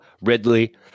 Ridley